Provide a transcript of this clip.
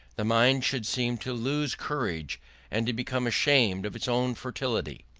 the mind should seem to lose courage and to become ashamed of its own fertility.